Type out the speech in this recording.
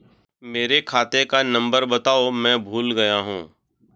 मेरे खाते का नंबर बताओ मैं भूल गया हूं